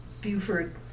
Buford